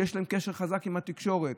שיש להן קשר חזק עם התקשורת.